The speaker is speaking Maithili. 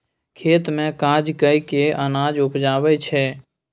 खेत मे काज कय केँ अनाज उपजाबै छै